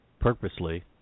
purposely